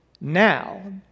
now